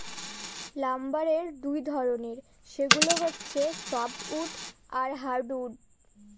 লাম্বারের দুই ধরনের, সেগুলা হচ্ছে সফ্টউড আর হার্ডউড